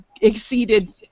exceeded